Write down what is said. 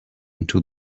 into